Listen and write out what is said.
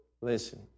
Listen